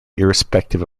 irrespective